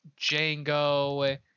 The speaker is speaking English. Django